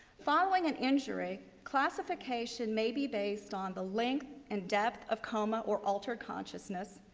following an injury, classification may be based on the length and depth of coma or altered consciousness.